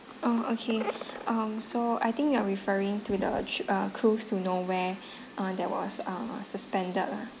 oh okay um so I think you are referring to the cru~ uh cruise to nowhere uh that was uh suspended lah